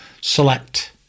select